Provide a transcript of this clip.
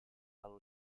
lalu